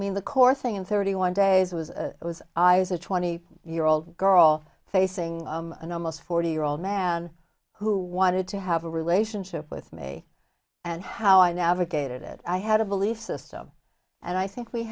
mean the core thing in thirty one days was it was i was a twenty year old girl facing an almost forty year old man who wanted to have a relationship with me and how i navigated it i had a belief system and i think we